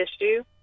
issue